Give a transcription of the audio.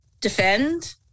defend